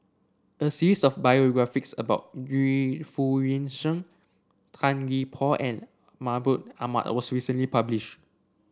a series of biographies about Yu Foo Yee Shoon Tan Gee Paw and Mahmud Ahmad was recently published